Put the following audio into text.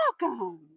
welcome